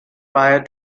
prior